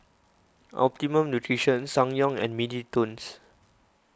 Optimum Nutrition Ssangyong and Mini Toons